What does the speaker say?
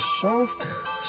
soft